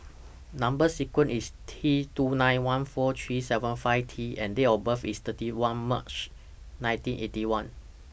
Number sequence IS T two nine one four three seven five T and Date of birth IS thirty one March nineteen Eighty One